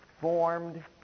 formed